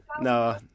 no